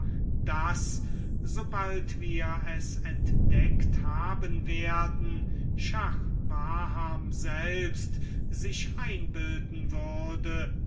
daß so bald wir es entdeckt haben werden schah baham selbst sich einbilden würde